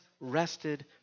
rested